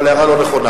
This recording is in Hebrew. אבל הערה לא נכונה.